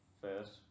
first